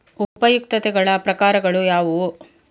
ಉಪಯುಕ್ತತೆಗಳ ಪ್ರಕಾರಗಳು ಯಾವುವು?